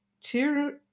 two